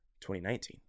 2019